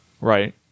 right